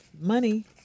Money